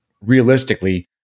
realistically